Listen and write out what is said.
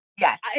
Yes